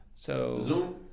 Zoom